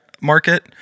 market